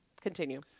continue